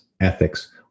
ethics